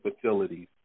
facilities